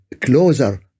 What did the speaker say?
closer